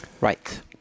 Right